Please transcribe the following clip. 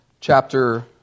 chapter